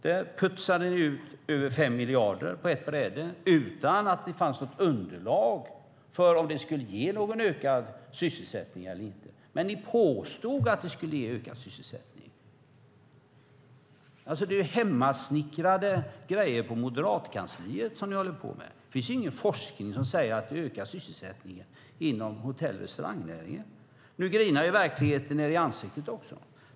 Där pytsade ni ut över 5 miljarder på ett bräde, utan att det fanns något underlag för om den skulle ge någon ökad sysselsättning eller inte. Men ni påstod att den skulle ge ökad sysselsättning. Det är fråga om hemmasnickrade grejer på moderatkansliet. Det finns ingen forskning som säger att den ökar sysselsättningen inom hotell och restaurangnäringen. Nu grinar verkligheten er i ansiktet.